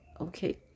okay